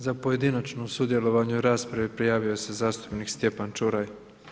Za pojedinačno sudjelovanje u raspravi prijavio se zastupnik Stjepan Čuraj.